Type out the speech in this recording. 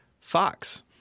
Fox